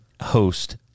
host